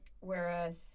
Whereas